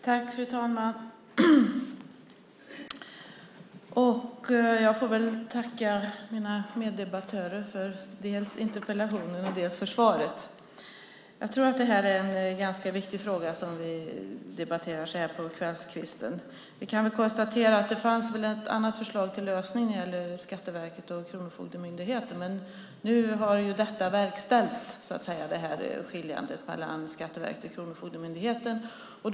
Fru talman! Jag får tacka mina meddebattörer för interpellationen och svaret. Jag tror att det är en ganska viktig fråga som vi debatterar här på kvällskvisten. Vi kan konstatera att det fanns ett annat förslag till lösning när det gäller Skatteverket och Kronofogdemyndigheten. Men nu har skiljandet mellan Skatteverket och Kronofogdemyndigheten verkställts.